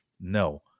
No